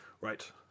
Right